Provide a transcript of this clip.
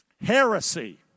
Heresy